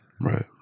Right